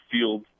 field